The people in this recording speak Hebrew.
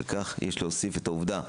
על כך יש להוסיף את העובדה,